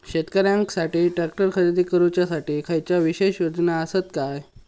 शेतकऱ्यांकसाठी ट्रॅक्टर खरेदी करुच्या साठी खयच्या विशेष योजना असात काय?